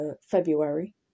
February